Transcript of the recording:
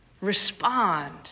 respond